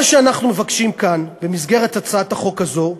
מה שאנחנו מבקשים כאן, במסגרת הצעת החוק הזאת,